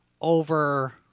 over